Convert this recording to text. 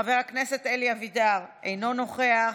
חבר הכנסת אלי אבידר, אינו נוכח,